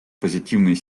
позитивной